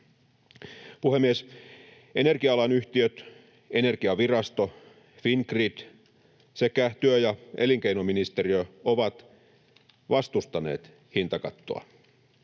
Puhemies! Energia-alan yhtiöt, Energiavirasto, Fingrid sekä työ- ja elinkeinoministeriö ovat vastustaneet hintakattoa.